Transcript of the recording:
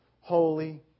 holy